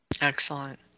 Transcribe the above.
Excellent